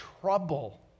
trouble